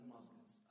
Muslims